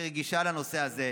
רגישה לנושא הזה.